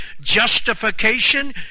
Justification